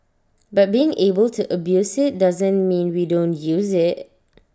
but being able to abuse IT doesn't mean we don't use IT